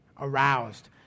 aroused